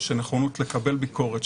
שנכונות לקבל ביקורת,